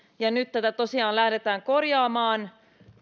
ja nyt tätä tosiaan lähdetään korjaamaan